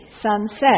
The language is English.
sunset